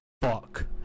fuck